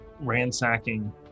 ransacking